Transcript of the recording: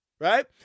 right